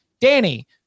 Danny